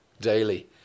daily